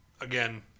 again